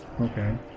Okay